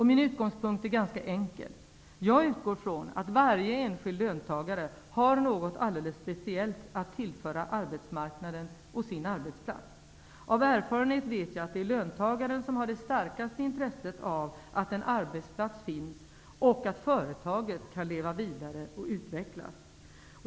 Min utgångspunkt är ganska enkel. Jag utgår från att varje enskild löntagare har något alldeles speciellt att tillföra arbetsmarknaden och sin arbetsplats. Av erfarenhet vet jag att det är löntagaren som har det starkaste intresset av att en arbetsplats finns där och att företaget kan leva vidare och utvecklas.